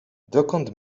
dokąd